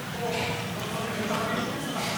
המנוחים.)